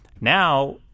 Now